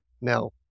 No